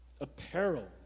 apparel